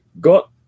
got